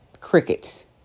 crickets